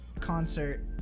concert